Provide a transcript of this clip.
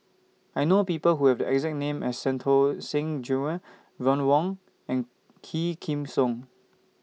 I know People Who Have The exact name as Santokh Singh Grewal Ron Wong and Quah Kim Song